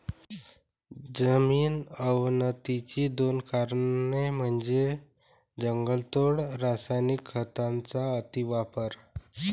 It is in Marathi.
जमीन अवनतीची दोन कारणे म्हणजे जंगलतोड आणि रासायनिक खतांचा अतिवापर